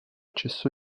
cessò